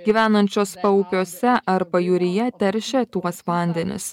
gyvenančios paupiuose ar pajūryje teršia tuos vandenis